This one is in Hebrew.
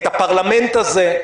את הפרלמנט הזה,